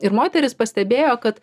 ir moteris pastebėjo kad